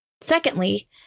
Secondly